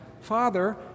Father